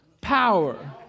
power